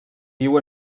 viu